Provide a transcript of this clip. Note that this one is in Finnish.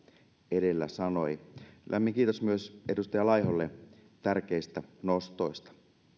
edellä sanoi lämmin kiitos myös edustaja laiholle tärkeistä nostoista